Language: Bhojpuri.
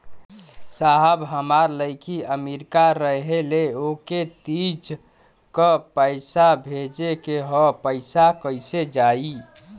साहब हमार लईकी अमेरिका रहेले ओके तीज क पैसा भेजे के ह पैसा कईसे जाई?